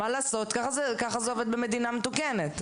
מה לעשות, ככה זה עובד במדינה מתוקנת.